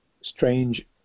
strange